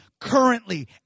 currently